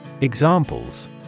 Examples